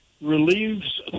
relieves